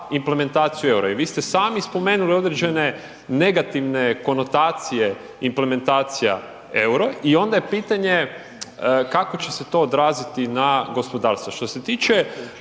implementaciju EUR-a i vi ste sami spomenuli određene negativne konotacije implementacija EUR-a i onda je pitanje kako će se to odraziti na gospodarstvo. Što se tiče